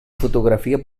fotografia